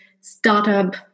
startup